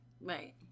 Right